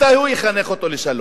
מתי הוא יחנך אותו לשלום?